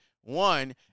One